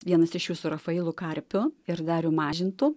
vienas iš jų su rafailu karpiu ir darium mažintu